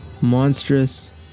monstrous